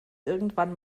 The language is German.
irgendwann